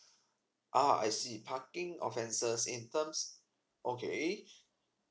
uh I see parking offences in terms okay